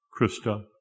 Krista